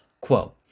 Quote